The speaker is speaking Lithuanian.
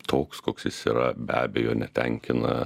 toks koks jis yra be abejo netenkina